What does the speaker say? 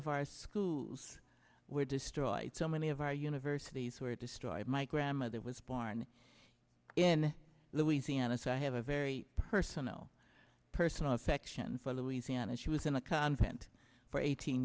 of our schools were destroyed so many of our universities were destroyed my grandmother was born in louisiana so i have a very personal personal affection for louisiana she was in a convent for eighteen